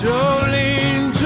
Jolene